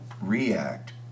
react